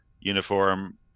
uniform